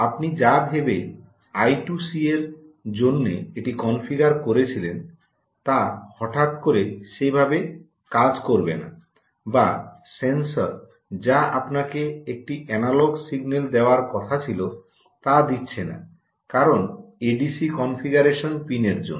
আপনি যা ভেবে আই2সি এর জন্য এটি কনফিগার করেছিলেন তা হঠাৎ করে সেভাবে কাজ করবে না বা সেন্সর যা আপনাকে একটি অ্যানালগ সিগন্যাল দেওয়ার কথা ছিল তা দিচ্ছে না কারণ এডিসি কনফিগারেশন পিনের জন্য